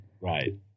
Right